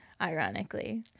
ironically